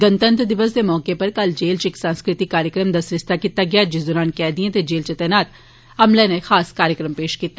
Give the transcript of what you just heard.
गणतंत्र दिवस दे मौके उप्पर कल जेल च इक सांस्कृतिक कार्यक्रम दा सरिस्ता कीता गेआ जिस दौरान कैदिएं ते जेल च तैनात अमले नै खास कार्यक्रम पेश कीते